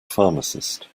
pharmacist